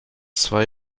zwei